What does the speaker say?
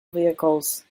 vehicles